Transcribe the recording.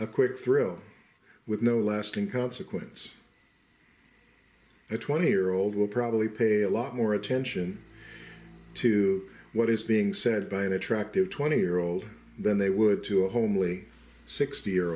a quick thrill with no lasting consequence a twenty year old will probably pay a lot more attention to what is being said by an attractive twenty year old than they would to a homely sixty year